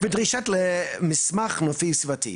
ודרישה למסמך נופי סביבתי.